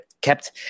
kept